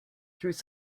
through